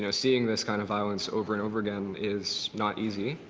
you know seeing this kind of violence over and over again is not easy.